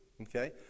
okay